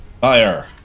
Fire